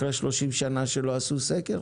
אחרי 30 שנים שלא עשו סקר?